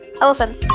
Elephant